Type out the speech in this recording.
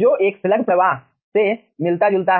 जो एक स्लग प्रवाह से मिलता जुलता है